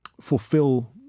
fulfill